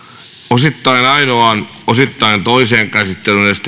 osittain ainoaan osittain toiseen käsittelyyn